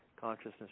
Consciousness